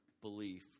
belief